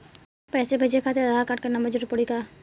पैसे भेजे खातिर आधार नंबर के जरूरत पड़ी का?